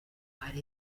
hari